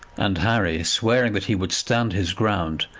and harry swearing that he would stand his ground,